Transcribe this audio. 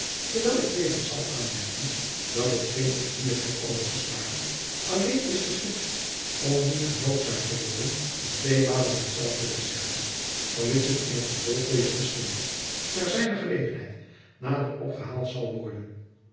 terwijl ik levens zal aanmerken dat hetgeen ik hier heb overgeslagen alleen is geschied om niet genoodzaakt te worden van tweemalen hetzelfde te zeggen vermits het in het vervolg dezer geschiedenis te zijner gelegenheid nader opgehaald zal worden